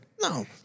No